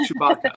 Chewbacca